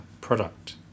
product